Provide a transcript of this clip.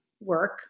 work